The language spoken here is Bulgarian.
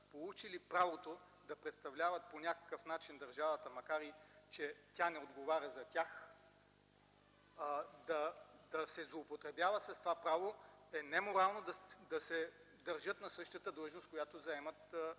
получили правото да представляват по някакъв начин държавата, макар и че тя не отговаря за тях, да се злоупотребява с това право, е неморално да се държат на същата длъжност, която заемат те.